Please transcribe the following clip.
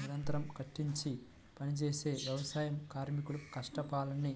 నిరంతరం కష్టించి పనిజేసే వ్యవసాయ కార్మికుల కష్టఫలాన్ని